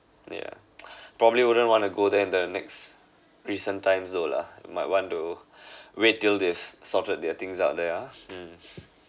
yeah probably wouldn't want to go there the next recent time though lah might want to wait till this sorted their things out there hmm